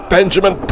Benjamin